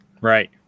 Right